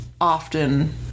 often